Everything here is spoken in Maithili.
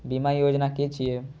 बीमा योजना कि छिऐ?